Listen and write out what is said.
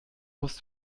musst